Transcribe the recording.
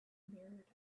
mirrored